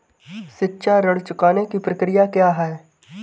शिक्षा ऋण चुकाने की प्रक्रिया क्या है?